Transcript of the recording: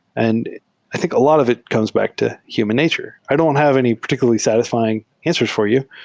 and i think a lot of it comes back to human nature. i don't have any particularly satisfying answers for you.